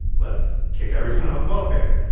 let's kick everyone off welfare.